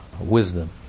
wisdom